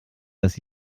das